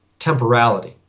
Temporality